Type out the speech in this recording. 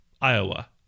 iowa